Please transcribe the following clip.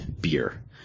beer